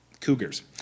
cougars